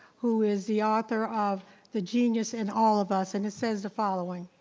who is the author of the genius in all of us. and it says the following,